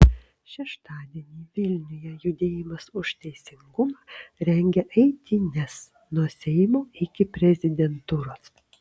šeštadienį vilniuje judėjimas už teisingumą rengia eitynes nuo seimo iki prezidentūros